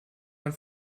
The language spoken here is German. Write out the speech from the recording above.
man